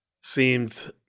seemed